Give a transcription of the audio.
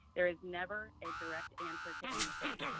there is never a direct answer to anything.